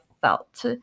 felt